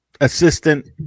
assistant